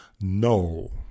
No